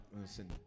listen